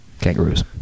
kangaroos